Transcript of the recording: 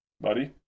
buddy